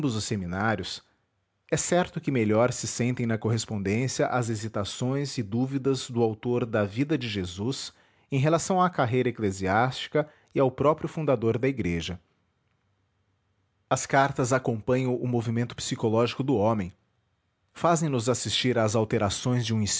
seminários é certo que melhor se sentem na correspondência as hesitações e dúvidas do autor da vida de jesus em relação à carreira eclesiástica e ao próprio fundador da igreja as cartas acompanham o movimento psicológico do homem fazem nos assistir às alterações de um